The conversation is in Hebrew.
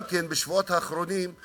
גם כן בשבועות האחרונים,